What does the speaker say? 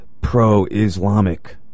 pro-Islamic